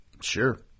Sure